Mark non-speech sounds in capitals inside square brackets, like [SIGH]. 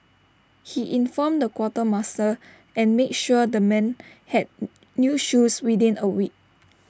he informed the quartermaster and made sure the men had [HESITATION] new shoes within A week